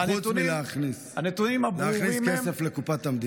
חוץ מלהכניס כסף לקופת המדינה,